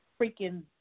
freaking